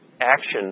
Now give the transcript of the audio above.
action